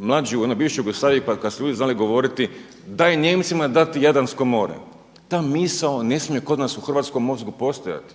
mlađi u onoj bivšoj Jugoslaviji pa kada su ljudi znali govoriti, da je Nijemcima dati Jadransko more. Ta misao ne smije kod nas u hrvatskom mozgu postojati.